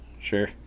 sure